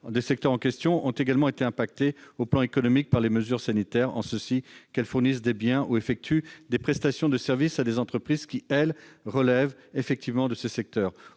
des secteurs en question ont également été impactées, au plan économique, par les mesures sanitaires, en cela qu'elles fournissent des biens ou effectuent des prestations de services à des entreprises qui, elles, relèvent effectivement de ces secteurs.